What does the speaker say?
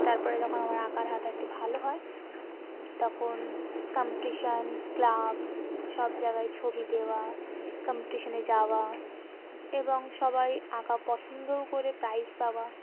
তারপরে যখন আমার আঁকার হাত একটু ভালো হয় তখন কম্পিটিশন ক্লাব সব জায়গায় ছবি দেওয়া কম্পিটিশনে যাওয়া এবং সবাই আঁকা পছন্দও করে প্রাইজ পাওয়া